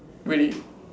really